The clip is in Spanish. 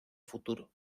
futuro